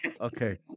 Okay